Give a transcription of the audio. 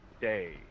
day